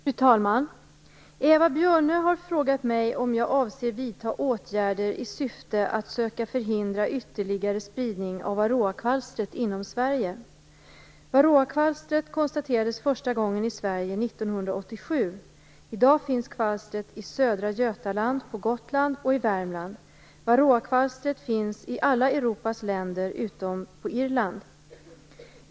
Fru talman! Eva Björne har frågat mig om jag avser vidta åtgärder i syfte att söka förhindra ytterligare spridning av varroakvalstret inom Sverige. Sverige 1987. I dag finns kvalstret i södra Götaland, på Gotland och i Värmland. Varroakvalstret finns i alla Europas länder utom på Irland.